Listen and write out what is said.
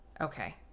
Okay